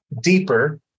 deeper